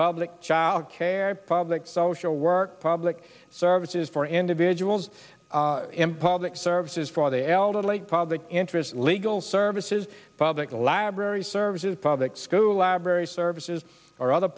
public childcare public social work public services for individuals in public services for the elderly public interest legal services public library services public school library services or other